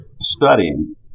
studying